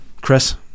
Chris